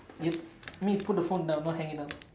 yup I mean put the phone down not hang it up